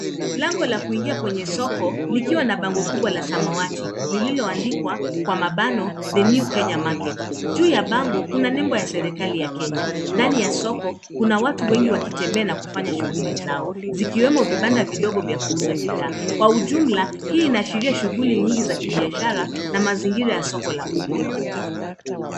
Lango la kuingia kwenye soko likiwa na bango kubwa la samawati lililoandikwa kwa mabano The New Kenya Market. Juu ya bango kuna nembo ya serikali ya Kenya ndani ya soko kuna watu wengi wakitembea na kufanya shughuli zao zikiwemo vibanda vidigo vya kuuza bidhaa. Kwa ujumla hii inaashiria shughuli nyingi ya kibiashara na mazingira ya soko la umma.